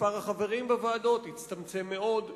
מספר החברים בוועדות הצטמצם מאוד.